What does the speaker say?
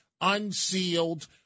unsealed